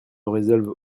résolvent